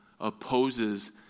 opposes